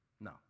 No